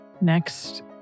Next